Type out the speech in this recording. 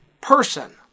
person